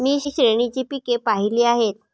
मी श्रेणीची पिके पाहिली आहेत